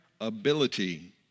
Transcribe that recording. Ability